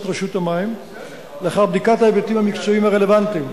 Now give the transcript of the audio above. רשות המים לאחר בדיקת ההיבטים המקצועיים הרלוונטיים.